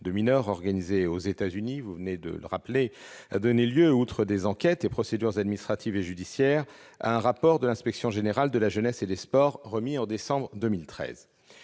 de mineurs organisé aux États-Unis a donné lieu, outre des enquêtes et procédures administratives et judiciaires, à un rapport de l'inspection générale de la jeunesse et des sports, remis en décembre 2013.